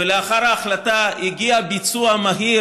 ולאחר ההחלטה הגיע ביצוע מהיר,